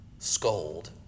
Scold